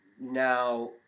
now